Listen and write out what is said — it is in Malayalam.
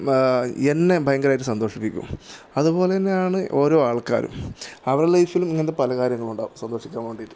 എല്ലാം എന്നെ ഭയങ്കരമായിട്ട് സന്തോഷിപ്പിക്കും അതുപോലെന്നെയാണ് ഓരോ ആൾക്കാരും അവരുടെ ലൈഫിലും ഇങ്ങനത്തെ പലകാര്യങ്ങളുണ്ടാകും സന്തോഷിക്കാൻ വേണ്ടിട്ട്